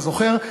אתה זוכר,